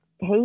hey